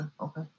Okay